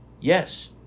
yes